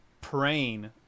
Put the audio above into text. praying